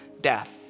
death